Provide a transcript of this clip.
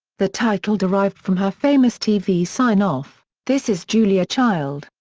the title derived from her famous tv sign-off this is julia child.